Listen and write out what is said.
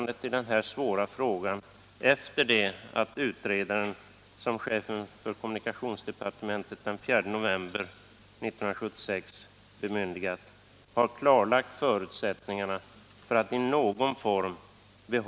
den den ej vill röstar nej.